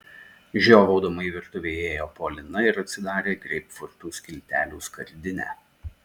žiovaudama į virtuvę įėjo polina ir atsidarė greipfrutų skiltelių skardinę